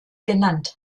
genannt